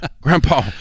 Grandpa